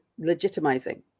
legitimizing